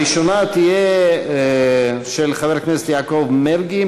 הראשונה תהיה של חבר הכנסת יעקב מרגי,